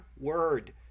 word